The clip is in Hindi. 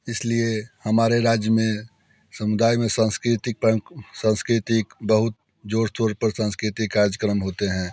इस लिए हमारे राज्य में समुदाय में सांस्कृतिक पर सांस्कृतिक बहुत ज़ोर तौर पर संस्कृतिक कार्यक्रम होते हैं